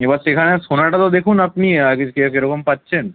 এবার সেখানের সোনাটা তো দেখুন আপনি আগে কে কীরকম পাচ্ছেন